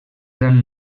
gran